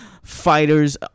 fighters